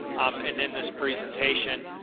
um and in this presentation,